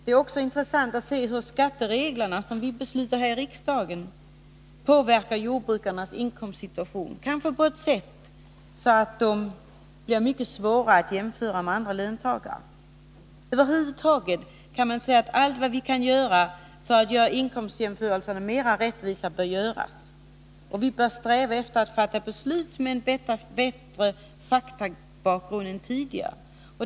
Vidare är det intressant att se hur de skatteregler som vi beslutar om här i riksdagen påverkar jordbrukarnas inkomstsituation. Denna påverkan gör att det kanske blir mycket svårare att göra en jämförelse med andra löntagares situation. Över huvud taget kan man säga att allt bör göras för att inkomstjämförelserna skall bli mera rättvisa. Vi bör sträva efter att fatta beslut med en bättre faktabakgrund än tidigare.